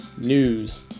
News